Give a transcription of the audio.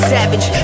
Savage